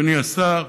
אדוני השר,